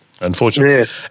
Unfortunately